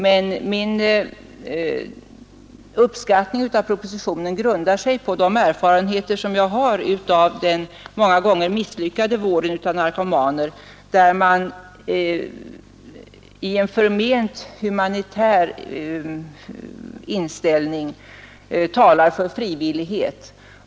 Min uppskattning av propositionen grundar sig på de erfarenheter som jag har av den många gånger misslyckade vården av narkomaner, där man i en förment humanitär inställning talar för frivillighet.